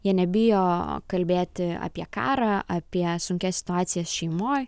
jie nebijo kalbėti apie karą apie sunkias situacijas šeimoj